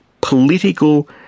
political